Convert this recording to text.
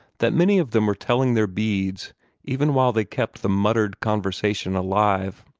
that many of them were telling their beads even while they kept the muttered conversation alive.